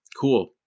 Cool